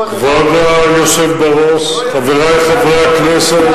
כבוד היושב בראש, חברי חברי הכנסת,